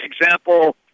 example